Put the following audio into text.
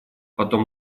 потом